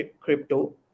crypto